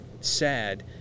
sad